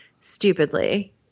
stupidly